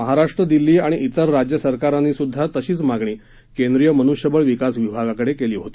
महाराष्ट्र दिल्ली आणि इतर राज्य सरकारांनी सुद्धा अशीच मागणी केंद्रीय मन्ष्यबळ विकास विभागाकडे केली होती